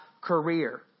career